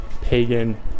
pagan